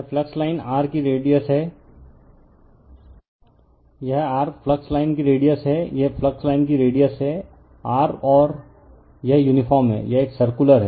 refer slide time 0511 यह r flux line की radius है यह फ्लक्स लाइन की रेडिअस है r और यह यूनिफार्म है यह एक सर्कुलर है